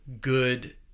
good